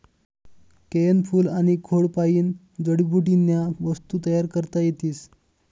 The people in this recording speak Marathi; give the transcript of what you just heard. केयनं फूल आनी खोडपायीन जडीबुटीन्या वस्तू तयार करता येतीस